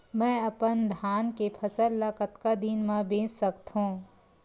मैं अपन धान के फसल ल कतका दिन म बेच सकथो?